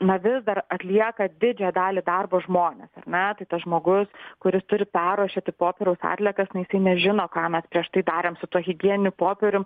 na vis dar atlieka didžiąją dalį darbo žmonės ar ne tai tas žmogus kuris turi perūšiuoti popieriaus atliekas nei jisai nežino ką mes prieš tai darėm su tuo higieniniu popierium